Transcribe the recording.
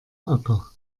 acker